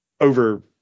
over